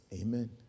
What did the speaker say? Amen